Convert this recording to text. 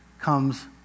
comes